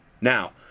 now